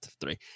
three